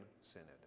Synod